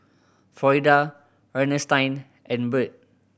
Florida Ernestine and Bird